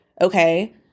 Okay